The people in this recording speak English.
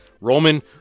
Roman